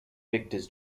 victors